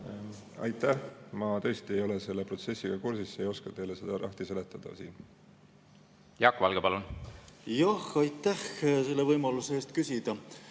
Aitäh! Ma tõesti ei ole selle protsessiga kursis ega oska teile seda lahti seletada siin. Jaak Valge, palun! Jaak Valge, palun! Aitäh võimaluse eest küsida!